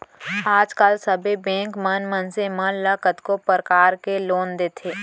आज काल सबे बेंक मन मनसे मन ल कतको परकार के लोन देथे